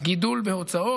גידול בהוצאות,